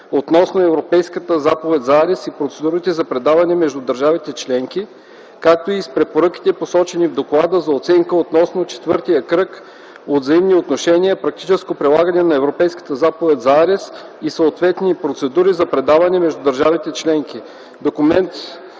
относно Европейската заповед за арест и процедурите за предаване между държавите-членки, както и с препоръките, посочени в Доклада за оценка относно четвъртия кръг от взаимни оценявания „Практическо прилагане на Европейската заповед за арест и съответни процедури за предаване между държавите членки”